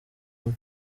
umwe